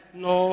no